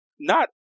not-